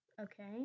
Okay